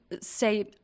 say